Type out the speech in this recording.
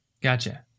Gotcha